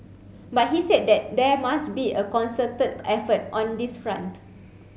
but he said that there must be a concerted effort on this front